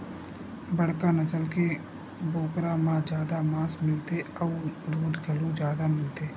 बड़का नसल के बोकरा म जादा मांस मिलथे अउ दूद घलो जादा मिलथे